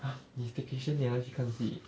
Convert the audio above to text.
ha 你 staycation 你要去看戏